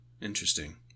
Interesting